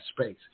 space